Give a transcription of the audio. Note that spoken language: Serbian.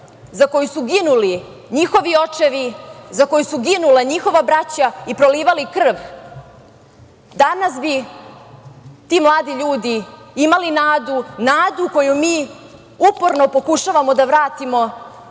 za koju su ginuli njihovi očevi, za koju su ginuli njihova braća i prolivali krv, danas bi ti mladi ljudi imali nadu, nadu koju mi uporno pokušavamo da vratimo,